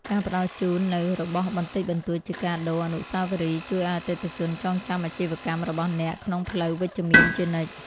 ការផ្ដល់ជូននូវរបស់បន្តិចបន្តួចជាកាដូអនុស្សាវរីយ៍ជួយឱ្យអតិថិជនចងចាំអាជីវកម្មរបស់អ្នកក្នុងផ្លូវវិជ្ជមានជានិច្ច។